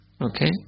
Okay